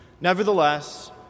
Nevertheless